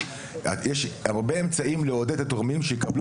יש הרבה אמצעים לעודד את התורמים שיקבלו,